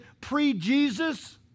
pre-Jesus